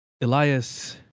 Elias